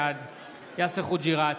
בעד יאסר חוג'יראת,